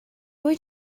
going